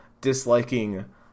disliking